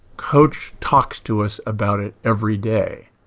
coach talks to us about it every day.